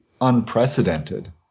unprecedented